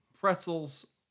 pretzels